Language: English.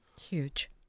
Huge